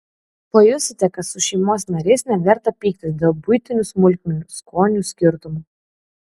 pajusite kad su šeimos nariais neverta pyktis dėl buitinių smulkmenų skonių skirtumo